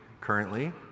currently